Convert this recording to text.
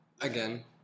again